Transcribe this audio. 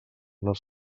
les